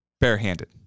barehanded